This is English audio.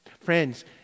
Friends